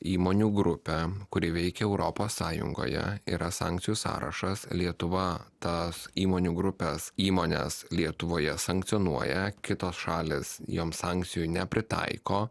įmonių grupę kuri veikia europos sąjungoje yra sankcijų sąrašas lietuva tas įmonių grupes įmones lietuvoje sankcionuoja kitos šalys joms sankcijų nepritaiko